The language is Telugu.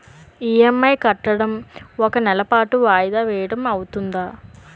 ఇ.ఎం.ఐ కట్టడం ఒక నెల పాటు వాయిదా వేయటం అవ్తుందా?